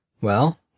Well